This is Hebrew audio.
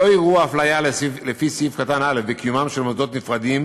לא יראו הפליה לפי סעיף קטן (א) בקיומם של מוסדות נפרדים